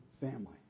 family